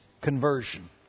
conversion